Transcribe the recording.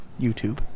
YouTube